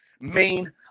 Main